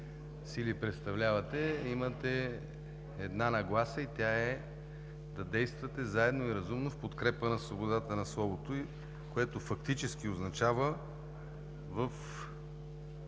сили представлявате, имате една нагласа и тя е – да действате заедно и разумно в подкрепа на свободата на словото, което фактически означава в